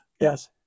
yes